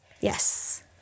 Yes